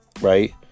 Right